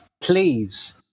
Please